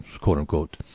quote-unquote